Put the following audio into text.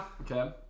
Okay